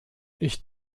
ich